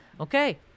okay